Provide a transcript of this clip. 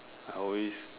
I always